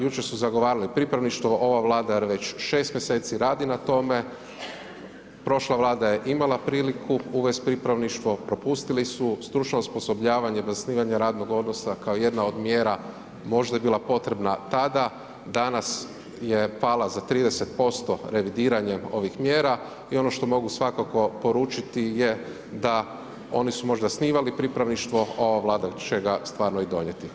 Jučer su zagovarali pripravništvo, ova Vlada već 6 mjeseci radi na tome, prošla Vlada je imala priliku uvesti pripravništvo, propustili su stručno osposobljavanje bez zasnivanje radnog odnosa kao jedna od mjera možda je bila potrebna tada, danas je pala za 30% revidiranjem mjera i ono što mogu svakako poručiti je da oni su možda osnivali pripravništvo, ova Vlada će ga stvarno i donijeti.